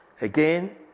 Again